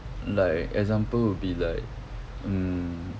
like example would be like mm